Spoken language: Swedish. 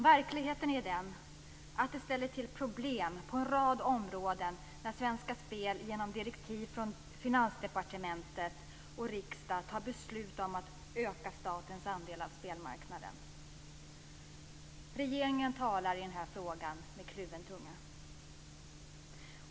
Verkligheten är den att det ställer till problem på en rad områden, när Svenska Spel genom direktiv från Finansdepartementet och riksdagen tar beslut om att öka statens andel av spelmarknaden. Regeringen talar i denna fråga med kluven tunga.